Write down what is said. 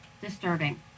disturbing